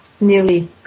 nearly